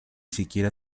siquiera